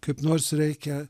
kaip nors reikia